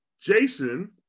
Jason